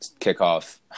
kickoff